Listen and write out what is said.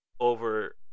over